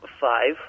Five